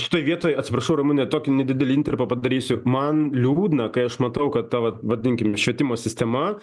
šitoj vietoj atsiprašau ramune tokį nedidelį intarpą padarysiu man liūdna kai aš matau kad ta vat vadinkime švietimo sistema